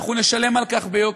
אנחנו נשלם על כך ביוקר.